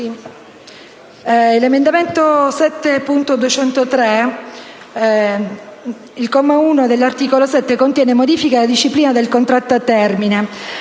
l'emendamento 7.203. Il comma 1 dell'articolo 7 contiene modifiche alla disciplina del contratto a termine.